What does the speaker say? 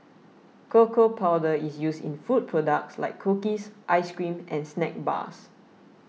cocoa powder is used in food products like cookies ice cream and snack bars